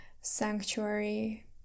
sanctuary